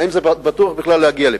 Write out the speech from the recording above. האם בטוח בכלל להגיע לפה?